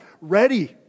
ready